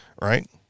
right